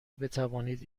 بتوانید